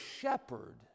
shepherd